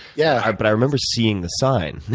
yeah. but i remember seeing the sign, and